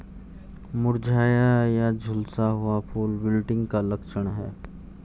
मुरझाया या झुलसा हुआ फूल विल्टिंग का लक्षण है